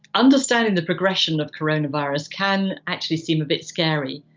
understanding the progression of coronavirus can actually seem a bit scary,